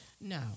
No